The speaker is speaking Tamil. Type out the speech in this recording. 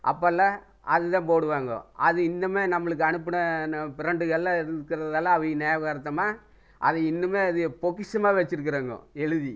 அப்போல்லாம் அது தான் போடுவாங்க அது இன்னும் நம்மளுக்கு அனுப்பின பிரெண்டுகள்லாம் இருக்கிறதால அவங்க ஞாபகார்த்தமாக அதை இன்னும் அது பொக்கிஷமாக வெச்சிருக்கறேங்க எழுதி